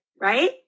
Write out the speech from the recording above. right